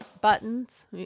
buttons